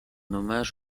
hommage